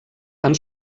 han